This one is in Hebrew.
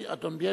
אדון בילסקי,